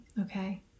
Okay